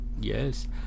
Yes